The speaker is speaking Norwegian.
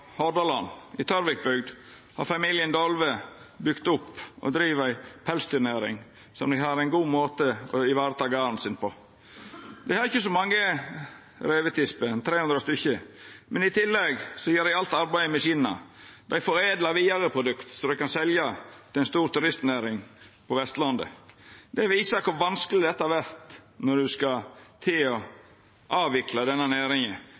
Hordaland. I Tørvikbygd har familien Dolve bygt opp og driv ei pelsdyrnæring, slik at dei har ein god måte å vareta garden sin på. Dei har ikkje så mange revetisper, 300 stykk, men i tillegg gjer dei alt arbeidet med skinna. Dei vidareforedlar produkt som dei kan selja til ei stor turistnæring på Vestlandet. Det viser kor vanskeleg dette vert når ein skal avvikla denne næringa.